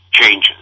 Changes